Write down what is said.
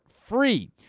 free